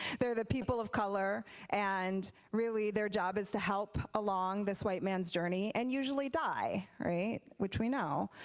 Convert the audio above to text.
there are the people of color and really their job is just to help along this white mans' journey, and usually die right? which we know.